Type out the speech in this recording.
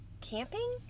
camping